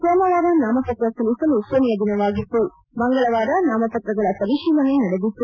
ಸೋಮವಾರ ನಾಮಪತ್ರ ಸಲ್ಲಿಸಲು ಕೊನೆಯ ದಿನವಾಗಿತ್ತು ಮಂಗಳವಾರ ನಾಮಪತ್ರಗಳ ಪರಿಶೀಲನೆ ನಡೆದಿತ್ತು